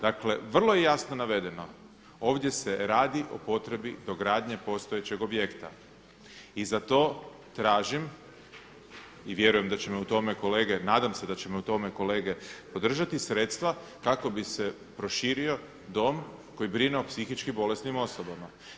Dakle, vrlo je jasno navedeno, ovdje se radi o potrebi dogradnje postojećeg objekta i za to tražim i vjerujem da će me u tome kolege, nadam se da će me u tome kolege podržati, sredstva, kako bi se proširio dom koji brine o psihički bolesnim osobama.